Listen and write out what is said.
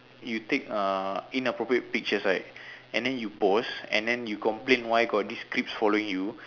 you take uh inappropriate pictures right and then you post and then you complain why got these creeps following you